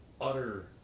utter